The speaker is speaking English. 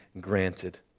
granted